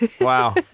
Wow